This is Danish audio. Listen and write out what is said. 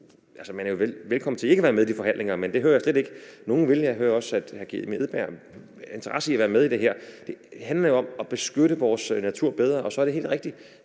Man er velkommen til ikke at være med i de forhandlinger, men jeg hører det slet ikke sådan, at der er nogen, der ikke vil det. Jeg hører også, at hr. Kim Edberg Andersen har interesse i at være med i det her. Det handler jo om at beskytte vores natur bedre, og så er det helt rigtigt,